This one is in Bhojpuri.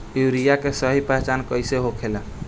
यूरिया के सही पहचान कईसे होखेला?